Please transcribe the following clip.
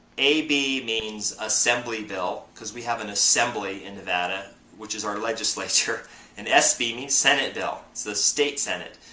ab means assembly bill because we have an assembly in nevada which is our legislature and sb means senate bill, so state senate.